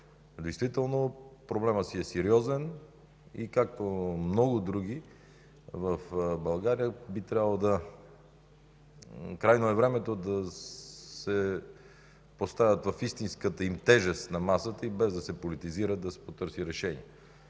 Действително проблемът си е сериозен, както много други в България. Би трябвало, крайно време е те да се поставят в истинската им тежест на масата и без да се политизират да се потърси решение.